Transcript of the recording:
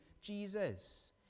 jesus